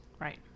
right